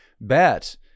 bet